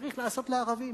צריך לעשות לערבים.